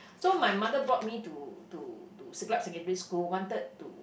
so my mother brought me to to to siglap secondary school wanted to